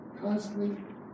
constantly